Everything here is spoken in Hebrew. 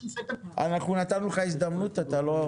אנחנו נתנו לך הזדמנות, אתה לא